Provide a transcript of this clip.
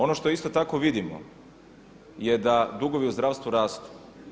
Ono što je isto tak vidimo je da dugovi u zdravstvu rastu.